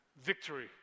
victory